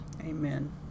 Amen